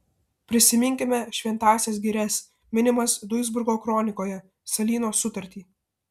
prisiminkime šventąsias girias minimas duisburgo kronikoje salyno sutartį